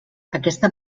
aquesta